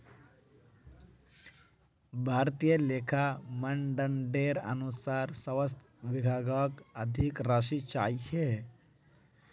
भारतीय लेखा मानदंडेर अनुसार स्वास्थ विभागक अधिक राशि चाहिए